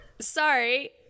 Sorry